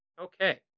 Okay